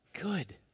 good